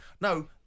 No